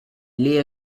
leo